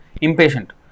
impatient